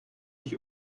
sich